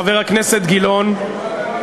חבר הכנסת גילאון,